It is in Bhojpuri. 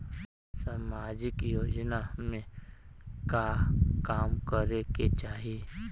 सामाजिक योजना में का काम करे के चाही?